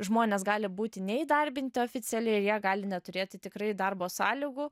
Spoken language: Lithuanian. žmonės gali būti neįdarbinti oficialiai ir jie gali neturėti tikrai darbo sąlygų